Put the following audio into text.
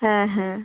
হ্যাঁ হ্যাঁ